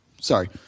Sorry